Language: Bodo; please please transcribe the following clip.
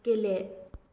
गेले